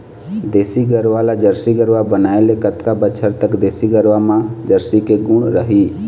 देसी गरवा ला जरसी गरवा बनाए ले कतका बछर तक देसी गरवा मा जरसी के गुण रही?